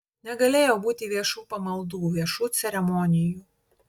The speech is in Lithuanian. negalėjo būti viešų pamaldų viešų ceremonijų